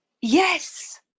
yes